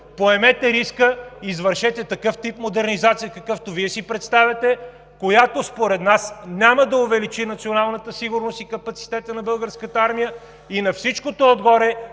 Поемете риска, извършете такъв тип модернизация, какъвто Вие си представяте, която според нас няма да увеличи националната сигурност и капацитета на българската армия, и на всичкото отгоре,